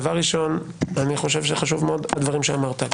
דבר ראשון, חשוב מאוד הדברים שאמרת.